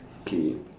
K